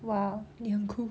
!wah! 你很酷